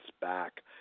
back